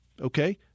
Okay